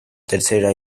tercera